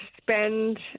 spend